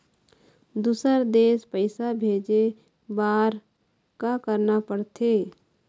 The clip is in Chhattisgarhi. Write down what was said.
दुसर देश पैसा भेजे बार का करना पड़ते?